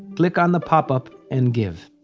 click on the pop-up and give.